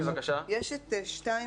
רוצה גם היועצת המשפטית לשאול שאלה.